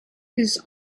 his